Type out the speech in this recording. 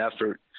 effort